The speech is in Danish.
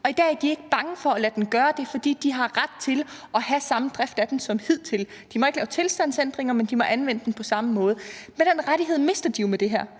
Og i dag er de ikke bange for at lade den gøre det, fordi de har ret til at have samme drift af den som hidtil. De må ikke lave tilstandsændringer, men de må anvende den på samme måde som hidtil. Men den rettighed mister de jo med det her.